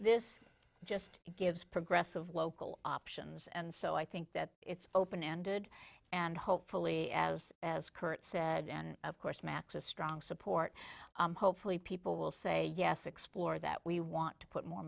this just gives progressive local options and so i think that it's open ended and hopefully as as current said and of course max a strong support hopefully people will say yes explore that we want to put more